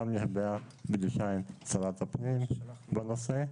גם לגבי הפגישה עם שרת הפנים בנושא.